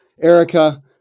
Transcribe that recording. Erica